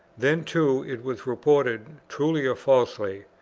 then too it was reported, truly or falsely,